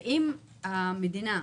אם המדינה,